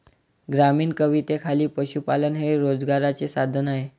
ग्रामीण कवितेखाली पशुपालन हे रोजगाराचे साधन आहे